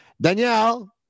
Danielle